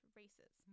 races